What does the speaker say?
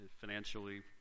financially